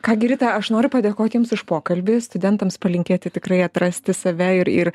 ką gi rita aš noriu padėkoti jums už pokalbį studentams palinkėti tikrai atrasti save ir ir